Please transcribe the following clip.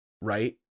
right